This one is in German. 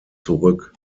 zurück